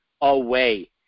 away